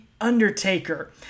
Undertaker